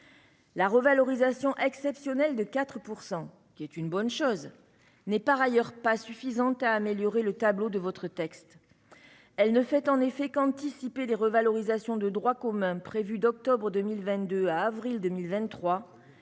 La revalorisation exceptionnelle de 4 %, qui est une bonne chose, n'est par ailleurs pas suffisante pour améliorer le tableau de votre texte. Il faut la mettre à 10 %... Elle ne fait qu'anticiper les revalorisations de droit commun prévues d'octobre 2022 à avril 2023,